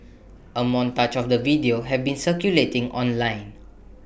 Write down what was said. A montage of the videos have been circulating online